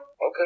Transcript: Okay